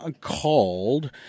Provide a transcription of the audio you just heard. called